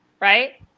Right